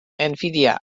nvidia